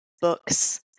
books